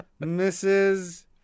Mrs